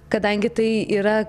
kadangi tai yra